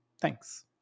thanks